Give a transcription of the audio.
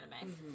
anime